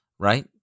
right